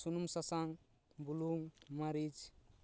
ᱥᱩᱱᱩᱢ ᱥᱟᱥᱟᱝ ᱵᱩᱞᱩᱝ ᱢᱟᱹᱨᱤᱪ